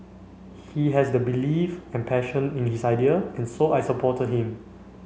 he has the belief and passion in his idea and so I supported him